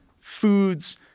foods